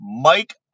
Mike